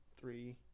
three